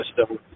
system